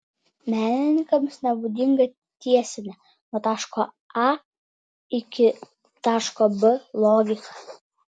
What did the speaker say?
menininkams nebūdinga tiesinė nuo taško a iki taško b logika